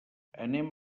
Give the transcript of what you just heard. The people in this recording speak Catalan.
anem